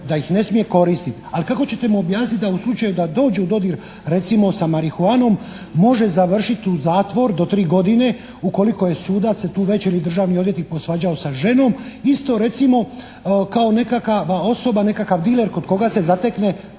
da ih ne smije koristiti. Ali kako ćete mi objasniti da u slučaju da dođe u dodir s recimo marihuanom može završiti u zatvoru do 3 godine ukoliko je sudac se tu večer i državni odvjetnik posvađao sa ženom. Isto recimo kao nekakva osoba, nekakav diler kod koga se zatekne